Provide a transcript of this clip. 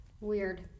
Weird